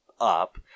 up